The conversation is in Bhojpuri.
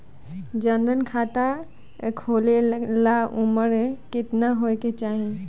जन धन खाता खोले ला उमर केतना होए के चाही?